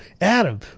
Adam